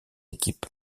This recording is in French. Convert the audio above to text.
équipe